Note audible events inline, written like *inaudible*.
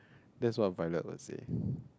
that's why pirate *breath* got sea